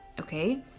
Okay